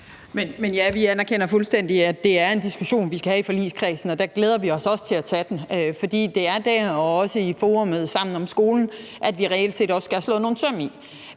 vi anerkender fuldstændig, at det er en diskussion, vi skal have i forligskredsen, og der glæder vi os også til at tage den. For det er der og i forummet »Sammen om skolen«, at vi reelt set også skal have slået nogle søm i.